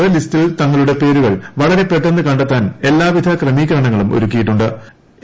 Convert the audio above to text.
ജനങ്ങൾക്ക് ലിസ്റ്റിൽ തങ്ങളുടെ പേരുകൾ വളരെ പെട്ടെന്ന് ക െ ത്താൻ എല്ലാവിധ ക്രമീകരണങ്ങളും ഒരുക്കിയിട്ടു ്